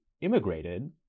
immigrated